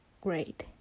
great